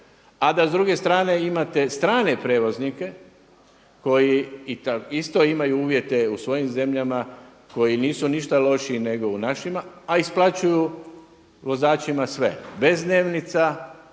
A da s druge strane imate strane prijevoznike koji isto imaju uvjete u svojim zemljama koji nisu ništa lošiji nego u našima, a isplaćuju vozačima sve bez dnevnica,